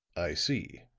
i see.